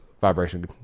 vibration